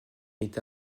est